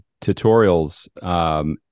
tutorials